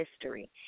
history